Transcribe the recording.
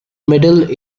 middle